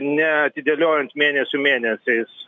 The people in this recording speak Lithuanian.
neatidėliojant mėnesių mėnesiais